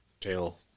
tail